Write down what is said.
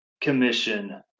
commission